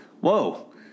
Whoa